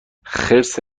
خرس